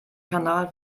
kanal